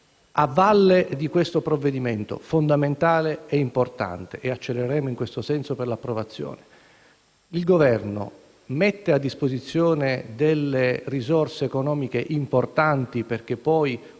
a valle di questo provvedimento fondamentale e importante - lo accelereremo per l'approvazione - il Governo mette a disposizione delle risorse economiche importanti perché poi